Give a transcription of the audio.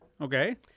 okay